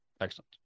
excellent